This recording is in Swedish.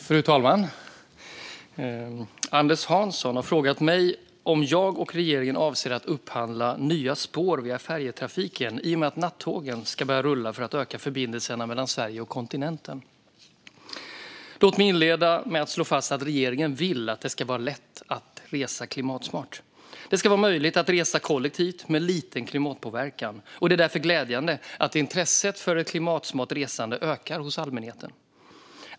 Fru talman! Anders Hansson har frågat mig om jag och regeringen avser att upphandla nya spår via färjetrafiken i och med att nattågen ska börja rulla för att öka förbindelserna mellan Sverige och kontinenten. Låt mig inleda med att slå fast att regeringen vill att det ska vara lätt att resa klimatsmart. Det ska vara möjligt att resa kollektivt med liten klimatpåverkan. Det är därför glädjande att intresset för ett klimatsmart resande ökar hos allmänheten.